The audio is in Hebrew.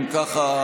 אם כך,